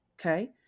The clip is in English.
okay